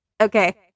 okay